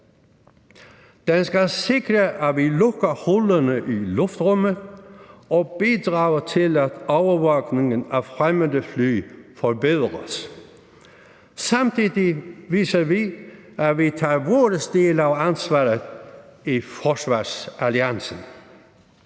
Den skal sikre, at vi lukker hullerne i luftrummet, og bidrage til, at overvågningen af fremmede fly forbedres. Samtidig viser vi, at vi tager vores del af ansvaret i forsvarsalliancen.